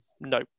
No